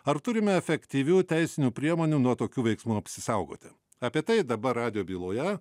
ar turime efektyvių teisinių priemonių nuo tokių veiksmų apsisaugoti apie tai dabar radijo byloje